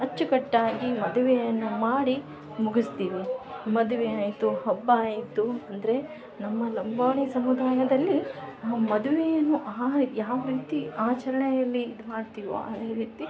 ಅಚ್ಚುಕಟ್ಟಾಗಿ ಮದುವೆಯನ್ನ ಮಾಡಿ ಮುಗುಸ್ತೀವಿ ಮದುವೆ ಆಯಿತು ಹಬ್ಬ ಆಯಿತು ಅಂದರೆ ನಮ್ಮ ಲಂಬಾಣಿ ಸಮುದಾಯದಲ್ಲಿ ಮದುವೆಯನ್ನು ಯಾವ ರೀತಿ ಆಚರಣೆಯಲ್ಲಿ ಇದು ಮಾಡ್ತಿವೋ ಅದೇ ರೀತಿ